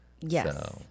Yes